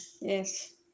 Yes